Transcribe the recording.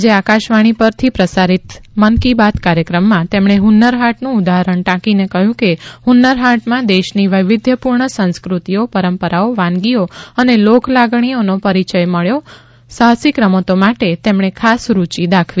આજે આકાશવાણી પરથી પ્રસારિત મન કી બાત કાર્યક્રમમાં તેમણે હુન્નર હાટનું ઉદાહરણ ટાંકીને કહ્યું કે હુન્નર હાટમાં દેશની વૈવિધ્યપૂર્ણ સંસ્કૃતિઓ પરંપરાઓ વાનગીઓ અને લોકલાગણીઓનો પરિચય મળ્યો સાહસિક રમતો માટે તેમણે ખાસ રૃચિ દાખવી